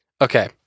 Okay